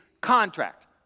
contract